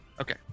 Okay